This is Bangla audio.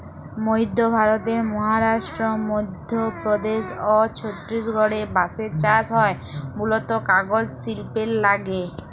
মইধ্য ভারতের মহারাস্ট্র, মইধ্যপদেস অ ছত্তিসগঢ়ে বাঁসের চাস হয় মুলত কাগজ সিল্পের লাগ্যে